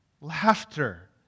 laughter